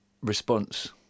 response